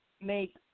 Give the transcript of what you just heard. make